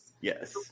Yes